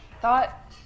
thought